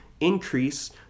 increase